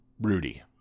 Rudy